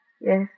Yes